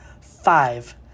Five